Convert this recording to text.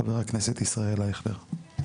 חבר הכנסת ישראל אייכלר.